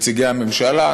ונציגי הממשלה,